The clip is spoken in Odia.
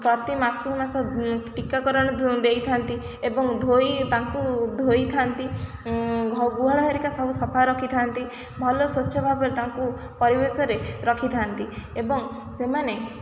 ପ୍ରତି ମାସକୁ ମାସ ଟିକାକରଣ ଦେଇଥାନ୍ତି ଏବଂ ଧୋଇ ତାଙ୍କୁ ଧୋଇଥାନ୍ତି ଗୁହାଳ ହେରିକା ସବୁ ସଫା ରଖିଥାନ୍ତି ଭଲ ସ୍ଵଚ୍ଛ ଭାବରେ ତାଙ୍କୁ ପରିବେଶରେ ରଖିଥାନ୍ତି ଏବଂ ସେମାନେ